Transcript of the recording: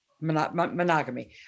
monogamy